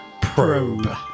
probe